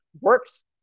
works